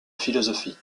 philosophie